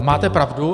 Máte pravdu.